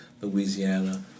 Louisiana